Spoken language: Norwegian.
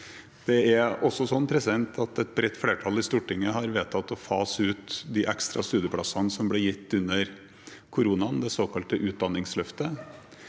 Det er også sånn at et bredt flertall i Stortinget har vedtatt å fase ut de ekstra studieplassene som ble gitt under koronaen, det såkalte Utdanningsløftet